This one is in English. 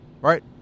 right